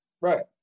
Right